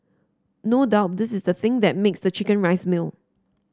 no doubt this is the thing that makes the chicken rice meal